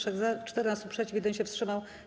za, 14 - przeciw, 1 się wstrzymał.